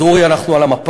אז, אורי, אנחנו על המפה,